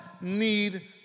need